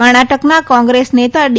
કર્ણાટકના ક્રોંગ્રેસ નેતા ડી